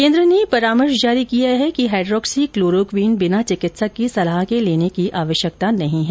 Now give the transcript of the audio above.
केन्द्र ने परामर्श जारी किया है कि हाईड्रोक्सी क्लोरोक्वीन बिना चिकित्सक की सलाह के लेने की आवश्यकता नहीं है